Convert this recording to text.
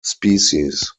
species